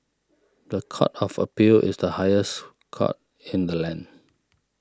the Court of Appeal is the highest court in the land